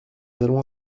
allons